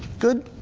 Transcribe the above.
good?